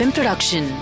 Production